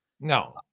no